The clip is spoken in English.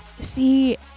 see